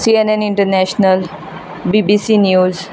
C N N international BBC news